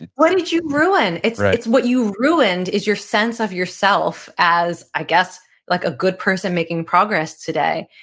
what did you ruin? it's what you ruined is your sense of your self as i guess like a good person making progress today.